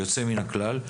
יוצא מן הכלל.